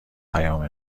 پیام